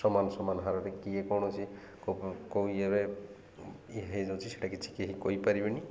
ସମାନ ସମାନ ହାରରେ କିଏ କୌଣସି କେଉଁ ଇଏରେ ଇଏ ହୋଇଯାଉଛି ସେଟା କିଛି କେହି କହିପାରିବେନି